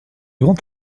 grand